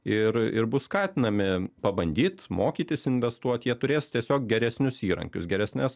ir ir bus skatinami pabandyt mokytis investuot jie turės tiesiog geresnius įrankius geresnes